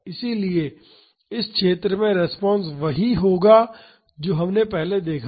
इसलिए इस क्षेत्र में रिस्पांस वही होगा जो हमने पहले देखा था